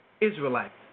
Israelites